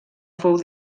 fou